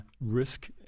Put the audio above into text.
risk